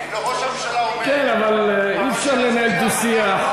וראש הממשלה אומר, כן, אבל אי-אפשר לנהל דו-שיח.